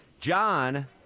John